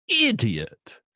idiot